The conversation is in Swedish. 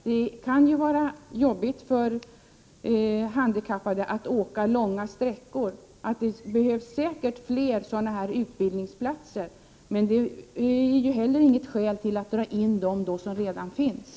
Det kan vara jobbigt för en handikappad att åka långa sträckor. Det behövs säkert fler sådana här utbildningsplatser. Det är heller inget skäl till att dra in de platser som redan finns.